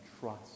trust